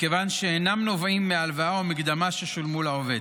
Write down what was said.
מכיוון שאינם נובעים מהלוואה או מקדמה ששולמו לעובד.